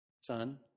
Son